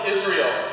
Israel